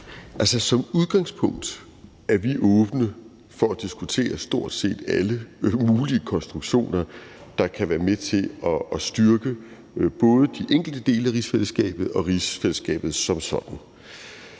Som udgangspunkt er vi åbne for at diskutere stort set alle mulige konstruktioner, der kan være med til at styrke både de enkelte dele af rigsfællesskabet og rigsfællesskabet som sådan.